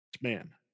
Man